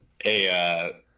Hey